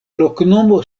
loknomo